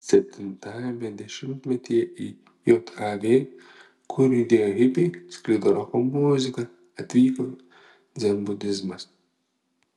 septintajame dešimtmetyje į jav kur judėjo hipiai sklido roko muzika atvyko dzenbudizmas